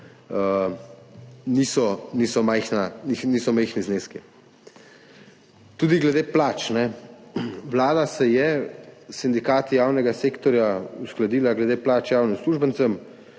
niso majhni zneski. Tudi glede plač. Vlada se je s sindikati javnega sektorja uskladila glede plač javnim uslužbencem,